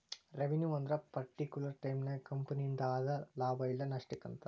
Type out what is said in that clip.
revenue ಅಂದ್ರ particular ಟೈಮನ್ಯಾಗ ಕಂಪನಿಯಿಂದ ಆದ ಲಾಭ ಇಲ್ಲ ನಷ್ಟಕ್ಕ ಅಂತಾರ